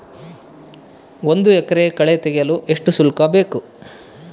ಒಂದು ಎಕರೆ ಕಳೆ ತೆಗೆಸಲು ಎಷ್ಟು ಶುಲ್ಕ ಬೇಕು?